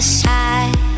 side